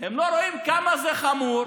הם לא רואים כמה זה חמור